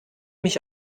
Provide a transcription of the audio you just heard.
mich